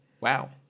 wow